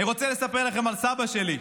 "אני רוצה לספר לכם על סבא שלי,